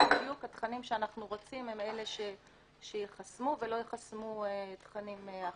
שבדיוק התכנים שאנחנו רוצים הם אלה שייחסמו ולא ייחסמו תכנים אחרים.